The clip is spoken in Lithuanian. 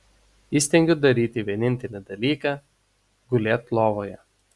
įstengiu daryti vienintelį dalyką gulėt lovoje